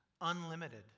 Unlimited